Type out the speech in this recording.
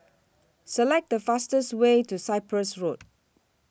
Select The fastest Way to Cyprus Road